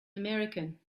american